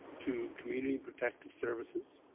to community and protective services